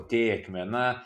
tėkmę na